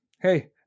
Hey